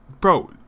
bro